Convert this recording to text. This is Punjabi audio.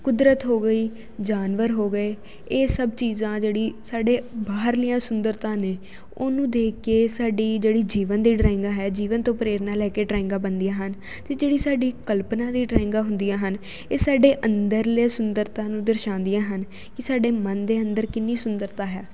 ਕੁਦਰਤ ਹੋ ਗਈ ਜਾਨਵਰ ਹੋ ਗਏ ਇਹ ਸਭ ਚੀਜ਼ਾਂ ਜਿਹੜੀ ਸਾਡੇ ਬਾਹਰਲੀਆਂ ਸੁੰਦਰਤਾ ਨੇ ਉਹਨੂੰ ਦੇਖ ਕੇ ਸਾਡੀ ਜਿਹੜੀ ਜੀਵਨ ਦੀ ਡਰਾਇੰਗਾਂ ਹੈ ਜੀਵਨ ਤੋਂ ਪ੍ਰੇਰਨਾ ਲੈ ਕੇ ਡਰਾਇੰਗਾਂ ਬਣਦੀਆਂ ਹਨ ਅਤੇ ਜਿਹੜੀ ਸਾਡੀ ਕਲਪਨਾ ਦੀ ਡਰਾਇੰਗਾਂ ਹੁੰਦੀਆਂ ਹਨ ਇਹ ਸਾਡੇ ਅੰਦਰਲੇ ਸੁੰਦਰਤਾ ਨੂੰ ਦਰਸਾਉਂਦੀਆਂ ਹਨ ਕਿ ਸਾਡੇ ਮਨ ਦੇ ਅੰਦਰ ਕਿੰਨੀ ਸੁੰਦਰਤਾ ਹੈ